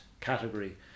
category